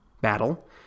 battle